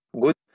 good